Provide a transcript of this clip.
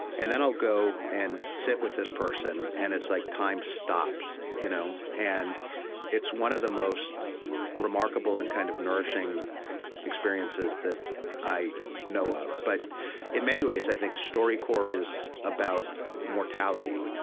and then i'll go and sit with this person, and it's like time stops. you know and it's one of the most remarkable and kind of nourishing nourishing experiences that i know of. but in many ways, i think, storycorps is about mortality.